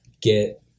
get